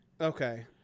Okay